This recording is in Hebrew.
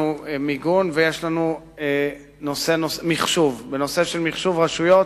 מיגון, לדוגמה, בתקצוב של מחשוב רשויות,